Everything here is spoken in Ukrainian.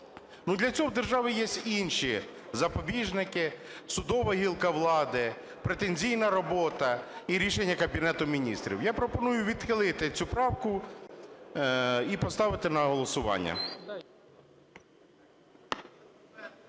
Для цього в держави є інші запобіжники: судова гілка влади, претензійна робота і рішення Кабінету Міністрів. Я пропоную відхилити цю правку і поставити на голосування.